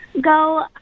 go